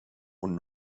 und